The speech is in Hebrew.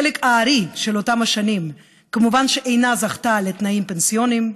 בחלק הארי של אותן השנים כמובן היא לא זכתה לתנאים פנסיוניים,